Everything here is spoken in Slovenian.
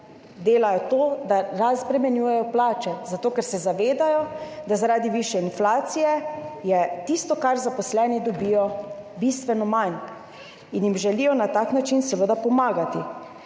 delajo to, da razbremenjujejo plače, zato ker se zavedajo, da je zaradi višje inflacije tistega, kar zaposleni dobijo, bistveno manj, in jim želijo na tak način seveda pomagati.